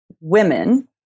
women